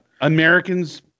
Americans